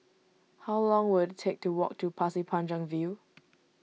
how long will it take to walk to Pasir Panjang View